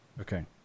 Okay